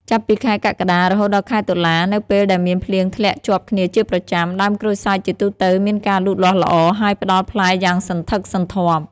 ចាប់ពីខែ កក្កដា រហូតដល់ខែតុលា នៅពេលដែលមានភ្លៀងធ្លាក់ជាប់គ្នាជាប្រចាំ ដើមក្រូចសើចជាទូទៅមានការលូតលាស់ល្អ ហើយផ្ដល់ផ្លែយ៉ាងសន្ធឹកសន្ធាប់។